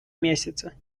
месяцы